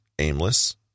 aimless